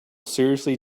seriously